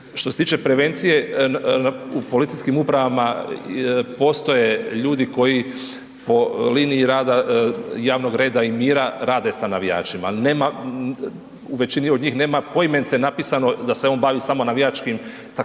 Što se tiče prevencije u policijskim upravama postoje ljudi koji po liniji rada javnog reda i mira rade sa navijačima. U većini od njih nema poimence napisano da se on bavi samo navijačkim dakle